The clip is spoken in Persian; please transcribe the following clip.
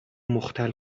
مختل